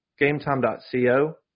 GameTime.co